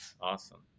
Awesome